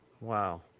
Wow